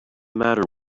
matter